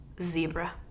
zebra